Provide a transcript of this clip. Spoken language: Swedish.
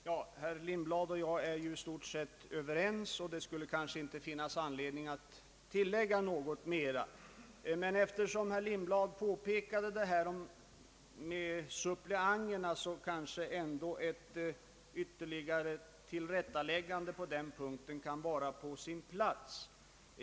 Herr talman! Herr Lindblad och jag är ju i stort sett överens, och det skulle kanske inte finnas anledning för mig att tillägga något. Men eftersom herr Lindblad påpekade problemet med ersättning till suppleanterna vid studieresor så kanske ändå ytterligare ett tillrättaläggande på den punkten kan vara på sin plats.